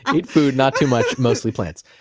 and eat food, not too much. mostly plants.